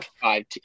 five